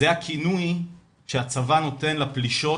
זה הכינוי שהצבא נותן לפלישות,